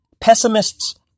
Pessimists